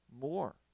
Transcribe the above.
more